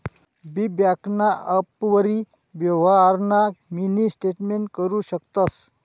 बी ब्यांकना ॲपवरी यवहारना मिनी स्टेटमेंट करु शकतंस